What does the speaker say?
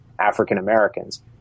African-Americans